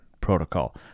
protocol